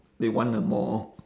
they want a more